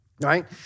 right